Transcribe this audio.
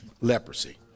leprosy